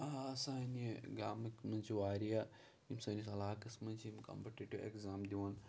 آ آ سانہِ گامٕکۍ منٛز چھِ واریاہ یِم سٲنِس عَلاقس منٛز چھِ یِم کَمپٕٹٕٹِو اٮ۪کزام دوان